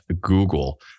Google